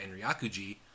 Enryakuji